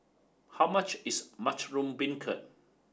how much is Mushroom Beancurd